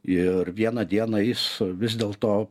ir vieną dieną jis vis dėlto